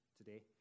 today